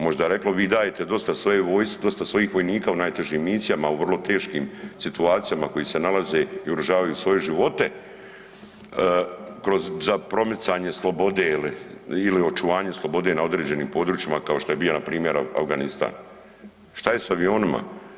Možda reklo, vi dajete dosta svojih vojnika u najtežim misijama u vrlo teškim situacijama u kojima se nalaze i ugrožavaju svoje živote za promicanje slobode ili očuvanje slobode na određenim područjima kao što je bio npr. Afganistan, što je sa avionima?